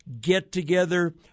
get-together